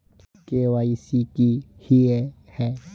KYC की हिये है?